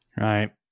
right